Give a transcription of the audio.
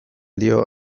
dio